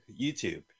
YouTube